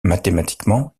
mathématiquement